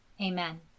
Amen